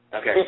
Okay